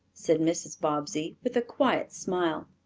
said mrs. bobbsey, with a quiet smile.